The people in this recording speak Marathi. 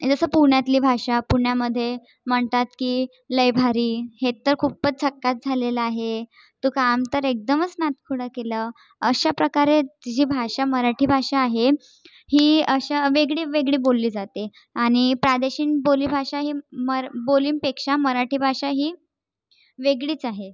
जसं पुण्यातली भाषा पुण्यामध्ये म्हणतात की लय भारी हे तर खूपच झकास झालेलं आहे तू काम तर एकदमच नादखुळं केलं अशा प्रकारे ती जी भाषा मराठी भाषा आहे ही अशा वेगळी वेगळी बोलली जाते आणि प्रादेशिक बोलीभाषा ही मर बोलींपेक्षा मराठी भाषा ही वेगळीच आहे